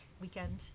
weekend